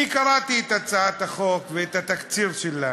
אני קראתי את הצעת החוק ואת התקציר שלה,